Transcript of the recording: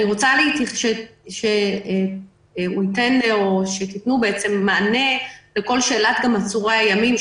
אני רוצה שתיתנו מענה לכל שאלת עצורי הימים,